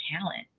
talent